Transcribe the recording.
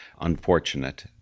unfortunate